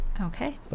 Okay